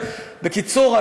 בקיצור,